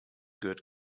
good